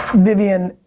vivian,